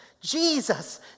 Jesus